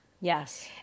Yes